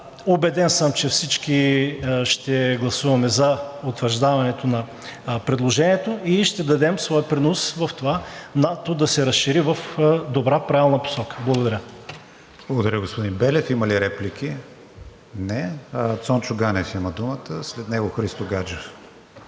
Убеден съм, че всички ще гласуваме за утвърждаването на предложение и ще дадем своя принос в това НАТО да се разшири в добра, правилна посока. Благодаря. ПРЕДСЕДАТЕЛ КРИСТИАН ВИГЕНИН: Благодаря, господин Белев. Има ли реплики? Не. Цончо Ганев има думата, след него Христо Гаджев.